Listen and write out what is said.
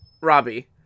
Robbie